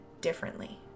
differently